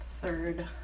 Third